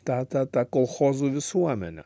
tą tą tą kolchozų visuomenę